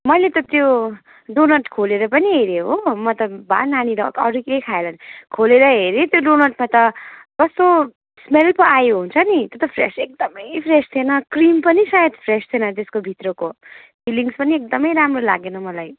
मैले त त्यो डोनट खोलेर पनि हेरेँ हो म त भए नानीले अरू केही खाए होला खोलेर हेरेँ त्यो डोनटमा त कस्तो स्मेल पो आयो हुन्छ नि त्यो त फ्रेस एकदमै फ्रेस थिएन क्रिम पनि सायद फ्रेस थिएन त्यसको भित्रको फिलिङ्ग्स पनि एकदमै राम्रो लागेन मलाई